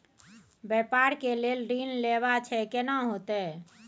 व्यापार के लेल ऋण लेबा छै केना होतै?